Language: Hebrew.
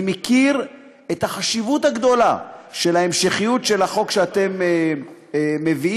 אני מכיר את החשיבות הגדולה של ההמשכיות של החוק שאתם מביאים,